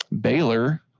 Baylor